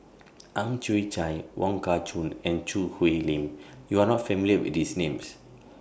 Ang Chwee Chai Wong Kah Chun and Choo Hwee Lim YOU Are not familiar with These Names